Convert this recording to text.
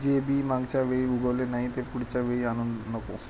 जे बी मागच्या वेळी उगवले नाही, ते पुढच्या वेळी आणू नको